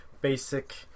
basic